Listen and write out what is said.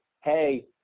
hey